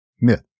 myth